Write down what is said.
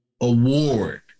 award